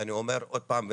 אני אומר עוד פעם,